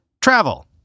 travel